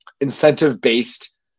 incentive-based